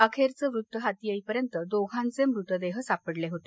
अखेरचं वृत्त हाती येईपर्यंत दोघांचे मृतदेह सापडले होते